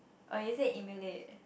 oh is it emulate